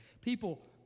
People